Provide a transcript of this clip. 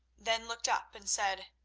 then looked up and said,